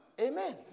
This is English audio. Amen